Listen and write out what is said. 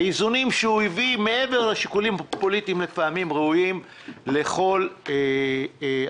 האיזונים שהוא הביא לפעמים מעבר לשיקולים הפוליטיים ראויים לכל הערכה.